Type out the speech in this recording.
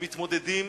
ומתמודדים